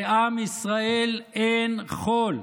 בעם ישראל אין חול,